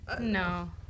No